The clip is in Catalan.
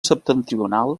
septentrional